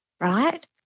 right